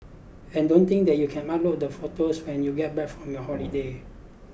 and don't think that you can upload the photos when you get back from your holiday